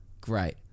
great